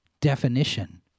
definition